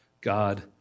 God